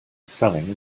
selling